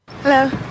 hello